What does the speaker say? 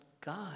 God